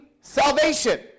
salvation